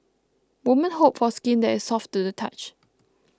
woman hope for skin that is soft to the touch